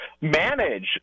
manage